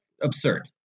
absurd